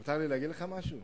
מותר לי להגיד לך משהו?